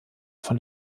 von